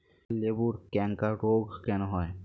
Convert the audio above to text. লেবুর ক্যাংকার রোগ কেন হয়?